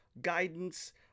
guidance